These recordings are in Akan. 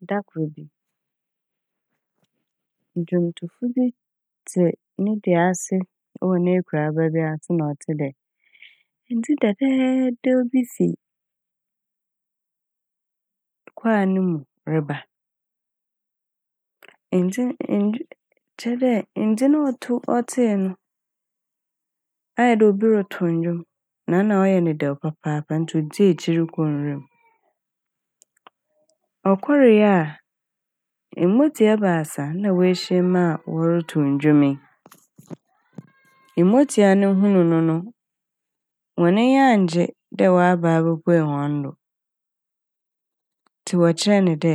Da kor bi dwomtofo bi tse ne dua ase wɔ n'ekuraba bi ase na ɔtsee dɛ ndze dɛdɛɛdɛw bi fi kwaa ne mu reba. Ndze - ndwo- kyerɛ dɛ ndze ɔto - ɔtsee no ayɛ dɛ obi rotow ndwom na na ɔyɛ ne dɛw papaapa ntsi odzii ekyir kɔ nwura m'. Ɔkɔree a mbotsia baasa na woehyia mu a wɔrotow ndwom yi. Mmotsia ne hunu no no hɔn enyi anngye dɛ ɔaba ebopuei hɔn do ntsi wɔkyerɛ ne dɛ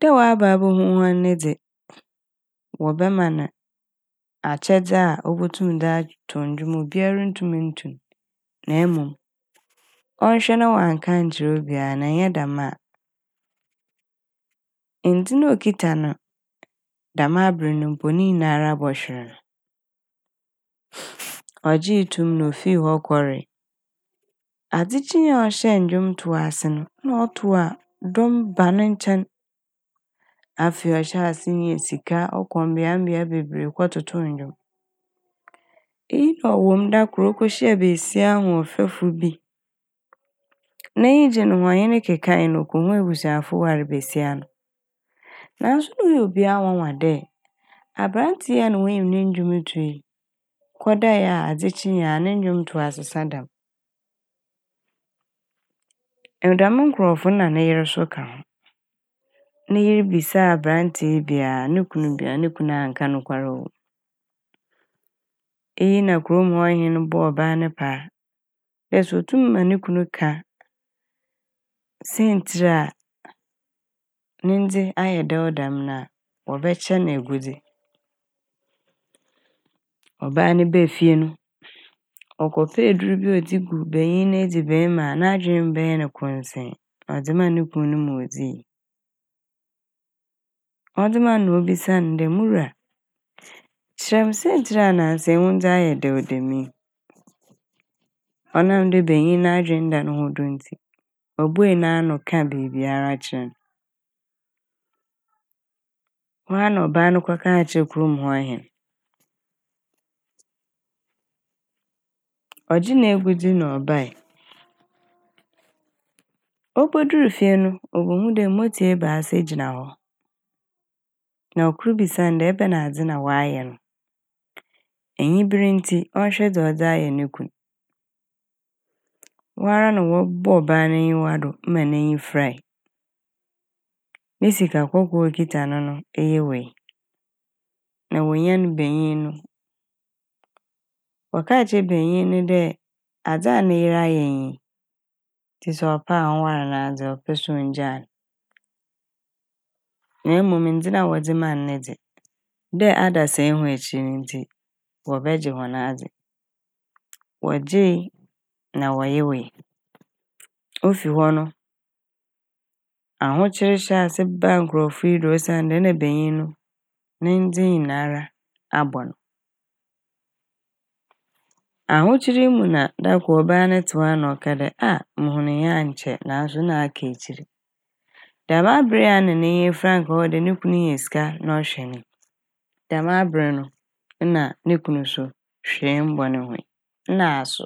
dɛ ɔaba ebohu hɔn dze wɔbɛma n' akyɛdze a obotum de - dze atow ndwom aber a obiara nntum nntu n' na emom ɔnnhwɛ na ɔannka annkyerɛ obia na annyɛ dɛm a ndze no a okitsa ne dɛm aber no mpo ne nyinara bɔhwer n' ɔgyee to m' na ofir hɔ kɔree. Adze kyee no a ɔhyɛɛ ndwomtow ase no na ɔtow a dɔm ba ne nkyɛn. Afei ɔhyɛɛ ase nyaa sika ɔkɔ mbeabea bebree kɔtotoow ndwom. Iyi na ɔwɔ m' da kor okehyiaa basia ahoɔfɛfo bi n'enyi gye ne ho ɔnye ne kekae na ɔkohuu ebusuafo waar basia no. Naaso na ɔyɛ obia nwanwa dɛ aberantsɛ yi a na wonyim ne ndwomto yi kɔdae a adze kyee a ne ndwomtow asesa dɛm. Dɛm nkorɔfo n' na ne yer so ka ho, ne yer bisaa aberantsɛ yi bi a no kun yi bi a no kun annka nokwar ɔwɔ m'. Eyi na kurom' hɔ hen no bɔɔ ɔbaa yi paa dɛ sɛ otum ma no kun ka saintsir a ne ndze ayɛ dɛw dɛm na wɔbɛkyɛ no egudzi. Ɔbaa ne baa fie no ɔkɔpɛɛ edur bi a ɔdze gu banyin n'edziban mu a n'adwen bɛyɛ no krɔnsee ɔdze maa no kun no ma odzi. Ɔdze ma n' na obisaa no dɛ muwura kyerɛ me saintsir a naasa yi wo ndze ayɛ dɛw dɛm yi? Ɔnam dɛ banyin no n'adwen nda no ho do ntsi obuei n'ano kaa biibiara kyerɛ n'. Hɔ a na ɔbaa no kɔkaa kyerɛɛ kurom' hen, ɔgyee n'agudzi na ɔbae. Obudur fie no obohuu dɛ motsia ebiasa gyina hɔ na ɔkor bisa n' dɛ ebɛnadze na ɔayɛ no, enyiber ntsi ɔnnhwɛ dza ɔdze ayɛ no kun. Hɔ ara na wɔbɔɔ ɔbaa no n'enyiwa do ma n'enyi furae ne sika kɔkɔɔ a okitsa ne no ɔyewee na wonyan banyin no na wɔkaa kyerɛɛ banyin ne dɛ adze a ne yer ayɛ nyi ntsi sɛ ɔpɛ a ɔnwar n'adze ɔpɛ so a ongyyaa no. Na mom ndze no a wɔdze maa no ne dze dɛ adasa ehu ekyir ne ntsi wɔbɛgye hɔn adze. Wɔgyee na wɔyewee ofi hɔ no ahokyer hyɛɛ ase baa nkorɔfo yi do osiandɛ na banyin no ne ndze nyinara abɔ no. Ahokyer yi mu a na da kor ɔbaa ne tse hɔ a na ɔkaa dɛ aah! Muhunii ankyɛ naaso na aka ekyir dɛm aber yi nna n'enyi efura a nka ɔwɔ dɛ no kun nya sika na ɔhwɛ ne yi dɛm aber no na no kun so hwee mmbɔ no ho nyi naa aso.